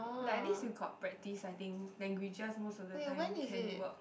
like at least you got practice I think languages most of the time can work